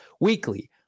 Weekly